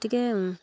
গতিকে